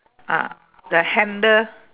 ah the handle